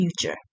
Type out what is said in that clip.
future